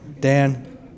Dan